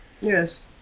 Yes